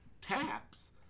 taps